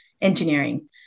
engineering